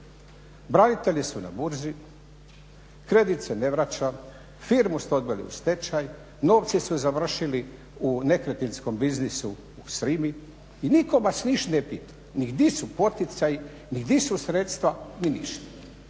Branitelji su na burzi, kredit se ne vraća, firmu ste odveli u stečaj, novci su završili u nekretninskom biznisu u Srimi i nitko vas ništa ne pita ni di su poticaji, ni di su sredstva, ni ništa.